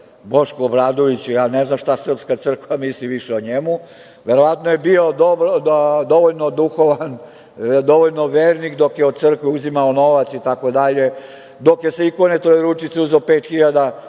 Bošku Obradoviću, ja ne znam šta srpska crkva misli više o njemu, verovatno je bio dovoljno duhovan, dovoljno vernik dok je od crkve uzimao novac, dok je sa ikone Trojeručice uzeo 5.000